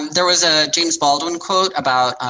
there was a james baldwin quote about,